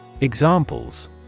Examples